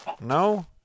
No